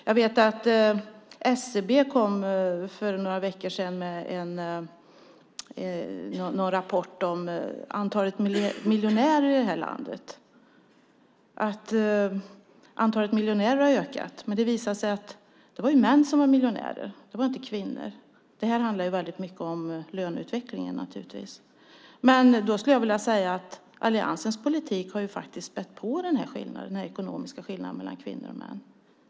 Jag vet att SCB för några veckor sedan kom med en rapport om antalet miljonärer i det här landet. Antalet miljonärer har ökat, men det visade sig att det var ju män som var miljonärer. Det var inte kvinnor. Det handlar naturligtvis väldigt mycket om löneutvecklingen. Då skulle jag vilja säga att alliansens politik faktiskt har spätt på den ekonomiska skillnaden mellan kvinnor och män.